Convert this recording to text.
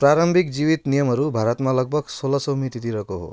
प्रारम्भिक जीवित नियमहरू भारतमा लगभग सोह्र सय मितितिरको हो